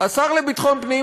השר לביטחון הפנים.